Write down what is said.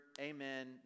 amen